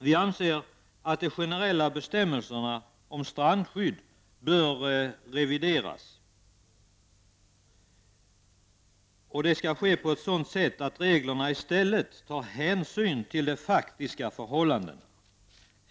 Vi anser att de generella bestämmelserna om strandskydd bör revideras så, att reglerna i stället tar hänsyn till de faktiska förhållandena.